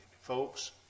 folks